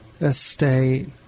estate